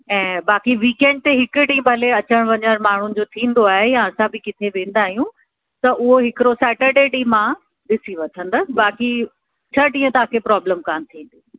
ऐं बाक़ी वीकएंड ते हिकु ॾींहुं भले अचण वञण माण्हून जो थींदो आहे या असां बि किथे वेंदा आहियूं त उहो हिकिड़ो सेटर्डे ॾींहुं मां ॾिसी वठंदसि बाक़ी छह ॾींहुं तव्हांखे प्रॉब्लम कोन थींदी